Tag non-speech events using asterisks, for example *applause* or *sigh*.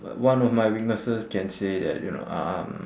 *noise* one of my weaknesses can say that you know um